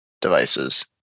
devices